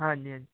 ਹਾਂਜੀ ਹਾਂਜੀ